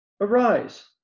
arise